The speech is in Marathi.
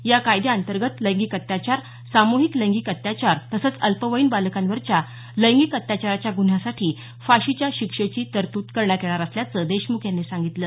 या कायद्याअंतर्गत लैंगिक अत्याचार सामुहिक लैंगिक अत्याचार तसंच अल्पवयीन बालकांवरच्या लैंगिक अत्याचाराच्या गुन्ह्यासाठी फाशीच्या शिक्षेची तरतूद करण्यात येणार असल्याचं देशमुख यांनी सांगितलं